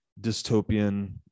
dystopian